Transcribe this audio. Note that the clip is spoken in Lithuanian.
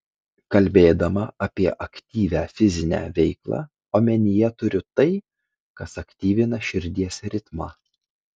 kalbėdama apie aktyvią fizinę veiklą omenyje turiu tai kas aktyvina širdies ritmą